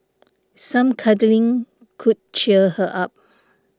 some cuddling could cheer her up